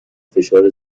فشار